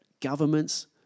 governments